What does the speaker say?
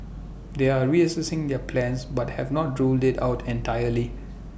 they are reassessing their plans but have not ruled IT out entirely